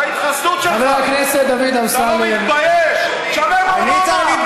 חבר הכנסת דוד אמסלם, אדוני, שב בבקשה.